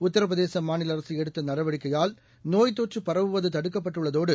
உத்தரபிரதேசமாநிலஅரசுஎடுத்தநடவடிக்கையால் நோய்த் தொற்று பரவுவதுதடுக்கப்பட்டுள்ளதோடு